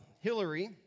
hillary